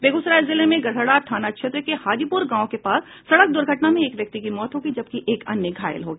बेगूसराय जिले के गड़हरा थाना क्षेत्र के हाजीपुर गांव के पास सड़क दुर्घटना में एक व्यक्ति की मौत हो गयी जबकि एक अन्य घायल हो गया